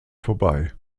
vorbei